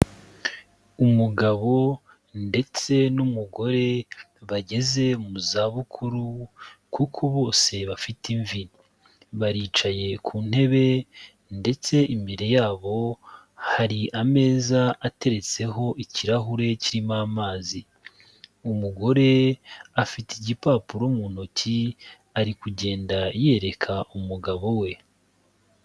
Umugabo ndetse n'umugore bageze mu zabukuru kuko bose bafite imvi, baricaye ku ntebe ndetse imbere yabo hari ameza ateretseho ikirahure kirimo amazi. Umugore afite igipapuro mu ntoki ari kugenda yereka umugabo we.